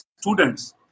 students